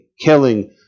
killing